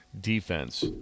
defense